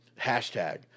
Hashtag